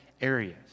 areas